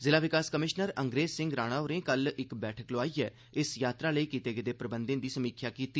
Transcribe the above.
ज़िला विकास कमीशनर अंग्रेज सिंह राणा होरें कल इक बैठक लोआइयै औंदी यात्रा लेई कीते गेदे प्रबंधे दी समीक्षा कीती